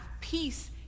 peace